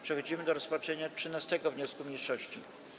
Przechodzimy do rozpatrzenia 13. wniosku mniejszości.